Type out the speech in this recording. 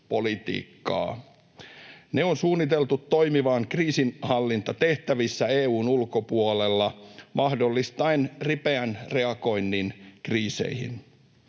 Ne on suunniteltu toimimaan kriisinhallintatehtävissä EU:n ulkopuolella mahdollistaen ripeän reagoinnin kriiseihin.